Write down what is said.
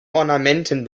ornamenten